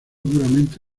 duramente